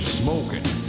smoking